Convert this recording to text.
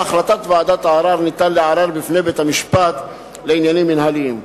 על החלטת ועדת הערר ניתן לערער בפני בית-המשפט לעניינים מינהליים.